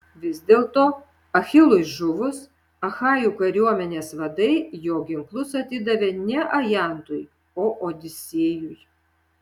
vis dėlto achilui žuvus achajų kariuomenės vadai jo ginklus atidavė ne ajantui o odisėjui